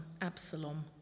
Absalom